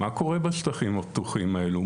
מה קורה בשטחים הפתוחים האלו?